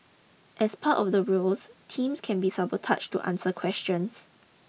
as part of the rules teams can be sabotaged to answer questions